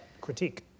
critique